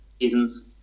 seasons